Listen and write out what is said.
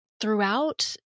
throughout